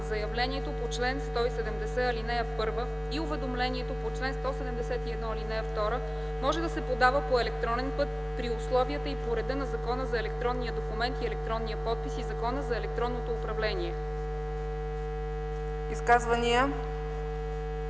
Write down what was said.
Заявлението по чл. 170, ал. 1 и уведомлението по чл. 171, ал. 2 може да се подава по електронен път при условията и по реда на Закона за електронния документ и електронния подпис и Закона за електронното управление.”